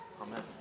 Amen